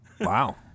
Wow